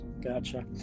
Gotcha